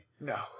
No